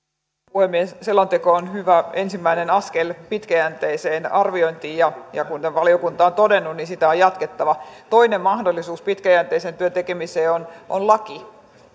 puhemies selonteko on hyvä ensimmäinen askel pitkäjänteiseen arviointiin ja kuten valiokunta on todennut sitä on jatkettava toinen mahdollisuus pitkäjänteisen työn tekemiseen on on laki